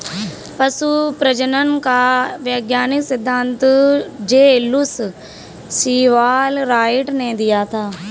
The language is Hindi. पशु प्रजनन का वैज्ञानिक सिद्धांत जे लुश सीवाल राइट ने दिया था